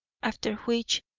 after which,